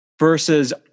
Versus